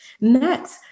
Next